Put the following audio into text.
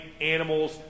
animals